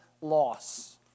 loss